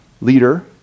leader